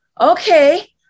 Okay